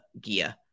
gear